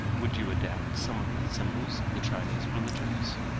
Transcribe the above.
would you adapt some of the symbols of the chinese religions?